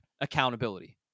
accountability